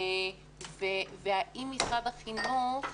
והאם משרד החינוך,